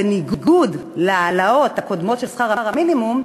בניגוד להעלאות הקודמות של שכר המינימום,